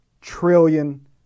trillion